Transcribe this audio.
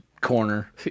corner